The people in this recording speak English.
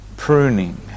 pruning